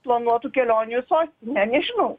planuotų kelionių į sostinę nežinau